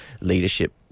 leadership